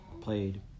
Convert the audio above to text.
played